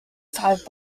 five